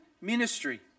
ministry